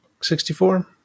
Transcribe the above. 64